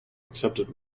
accepted